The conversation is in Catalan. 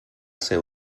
ser